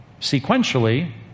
sequentially